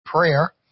prayer